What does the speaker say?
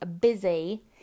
busy